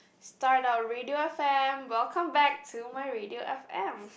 start our radio F_M welcome back to my radio F_M